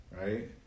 Right